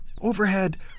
Overhead